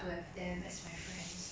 ya they give me notes very nice right